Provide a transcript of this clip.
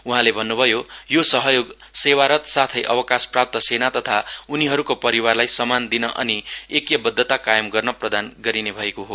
उहाँले भन्नुभयो यो सहयोग सेवारत साथै अवकाश प्राप्त सेना तथा उनीहरूको परिवारलाई सम्मान दिन अनि एक्यबद्धता कायम गर्न प्रदान गरिने भएको हो